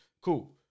Cool